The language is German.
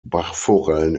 bachforellen